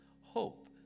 Hope